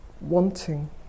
wanting